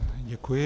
Děkuji.